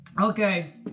Okay